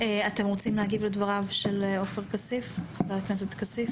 אתם רוצים להגיב לדבריו של חה"כ כסיף?